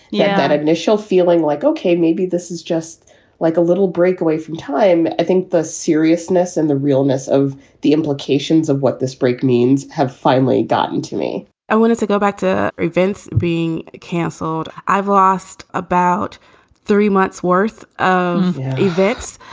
yeah. that initial feeling like, okay, maybe this is just like a little break away from time. i think the seriousness and the realness of the implications of what this break means have finally gotten to me i wanted to go back to events being canceled. i've lost about three months worth of events.